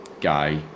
guy